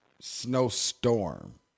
snowstorm